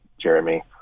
Jeremy